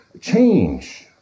change